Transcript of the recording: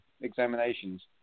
examinations